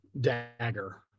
dagger